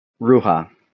Ruha